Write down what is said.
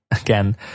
again